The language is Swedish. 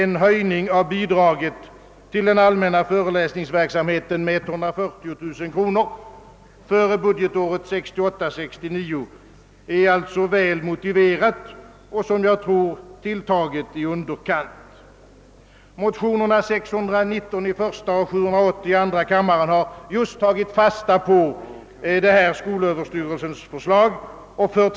ning av bidraget till den allmänna föreläsningsverksamheten med 140 000 kronor för budgetåret 1968/69 är alltså väl motiverat och, som jag tror, tilltaget i underkant. I motionsparet I:619 och II: 780 har man tagit fasta på detta skolöverstyrelsens förslag.